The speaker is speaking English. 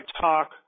talk